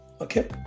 okay